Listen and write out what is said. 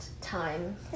time